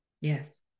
Yes